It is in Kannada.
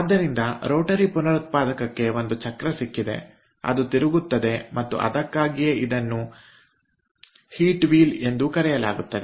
ಆದ್ದರಿಂದ ರೋಟರಿ ಪುನರುತ್ಪಾದಕಕ್ಕೆ ಒಂದು ಚಕ್ರ ಸಿಕ್ಕಿದೆ ಅದು ತಿರುಗುತ್ತದೆ ಮತ್ತು ಅದಕ್ಕಾಗಿಯೇ ಇದನ್ನು ಹೀಟ್ ವೀಲ್ ಎಂದೂ ಕರೆಯಲಾಗುತ್ತದೆ